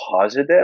positive